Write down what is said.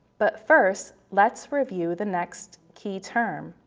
but first, let's review the next key term,